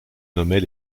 nommait